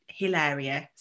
hilarious